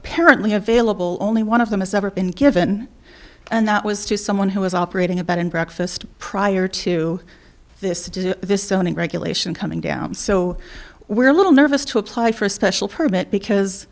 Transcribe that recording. apparently available only one of them has ever been given and that was to someone who was operating about in breakfast prior to this to do this only regulation coming down so we're a little nervous to apply for a special permit because